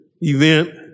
event